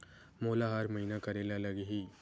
मोला हर महीना करे ल लगही?